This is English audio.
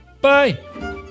Bye